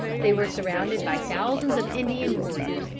they were surrounded by thousands of indian warriors,